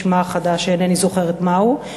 בשמה החדש שאינני זוכרת מה הוא,